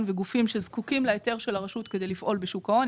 וגופים שזקוקים להיתר של הרשות כדי לפעול בשוק ההון.